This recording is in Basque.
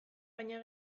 baina